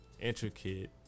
intricate